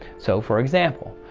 so for example,